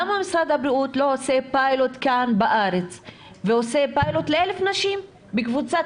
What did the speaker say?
למה משרד הבריאות לא עושה פיילוט כאן בארץ ל-1,000 נשים מקבוצת